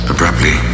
Abruptly